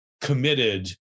committed